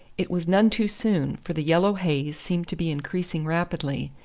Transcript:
it was none too soon, for the yellow haze seemed to be increasing rapidly,